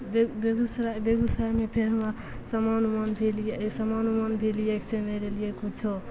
बे बेगूसराय बेगूसरायमे फेर हमरा समान उमानभी समान उमानभी लिएके छै नहि लेलिए किछु